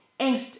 angst